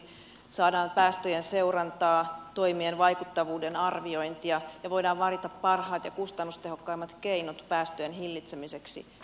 saadaan päästöjen seurantaa toimien vaikuttavuuden arviointia ja voidaan valita parhaat ja kustannustehokkaimmat keinot päästöjen hillitsemiseksi